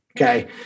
okay